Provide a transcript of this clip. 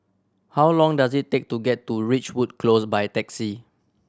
how long does it take to get to Ridgewood Close by taxi